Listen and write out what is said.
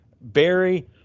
Barry